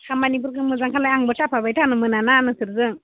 खामानिफोरखो मोजां खालाय आंबो थाफाबाय थानो मोनाना नोंसोरजों